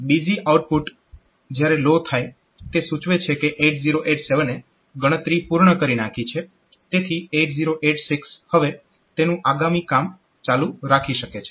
busy output જયારે low થાય તે સૂચવે છે કે 8087 એ ગણતરી પૂર્ણ કરી નાખી છે તેથી 8086 હવે તેનું આગામી કામ ચાલુ રાખી શકે છે